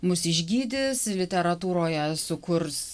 mus išgydys literatūroje sukurs